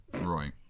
Right